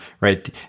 right